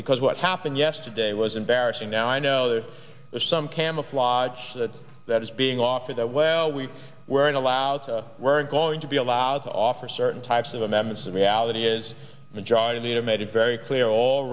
because what happened yesterday was embarrassing now i know there are some camouflage that that is being offered that well we weren't allowed weren't going to be allowed to offer certain types of amendments the reality is majority leader made it very clear all